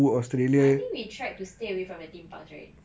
I think we tried to stay away from the theme parks right